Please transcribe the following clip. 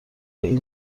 این